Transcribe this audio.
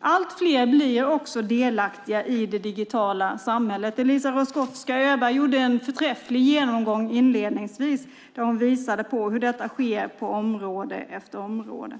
Allt fler blir delaktiga i det digitala samhället. Eliza Roszkowska Öberg gjorde inledningsvis en förträfflig genomgång där hon visade hur detta sker på område efter område.